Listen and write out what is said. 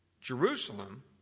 Jerusalem